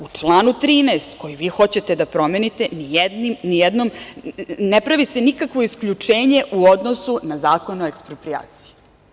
U članu 13. koji vi hoćete da promenite, ne pravi se nikakvo isključenje u odnosu na Zakon o eksproprijaciji.